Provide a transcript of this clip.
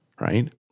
right